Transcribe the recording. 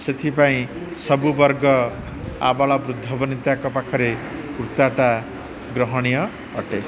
ସେଥିପାଇଁ ସବୁ ବର୍ଗ ଆବାଳ ବୃଦ୍ଧ ବନୀତାଙ୍କ ପାଖରେ କୁର୍ତ୍ତାଟା ଗ୍ରହଣୀୟ ଅଟେ